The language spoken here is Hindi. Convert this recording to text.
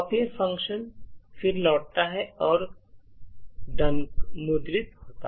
कॉपियर फंक्शन फिर लौटता है और किया मुद्रित होता है